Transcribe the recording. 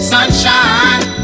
Sunshine